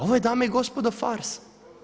Ovo je dame i gospodo farsa.